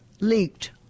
leaked